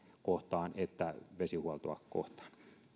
kohtaan että vesihuoltoa kohtaan